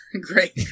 Great